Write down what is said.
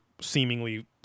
seemingly